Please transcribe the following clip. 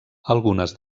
algunes